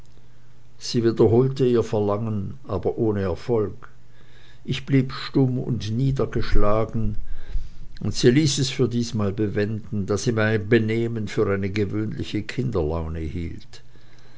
sie wiederholte ihr verlangen aber ohne erfolg ich blieb stumm und niedergeschlagen und sie ließ es für diesmal bewenden da sie mein benehmen für eine gewöhnliche kinderlaune hielt